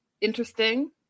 interesting